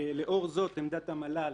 לאור זאת, עמדת המל"ל